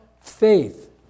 faith